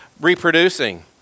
reproducing